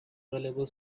valuable